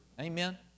Amen